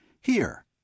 Here